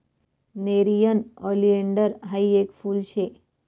nerium oleander हायी येक फुल शे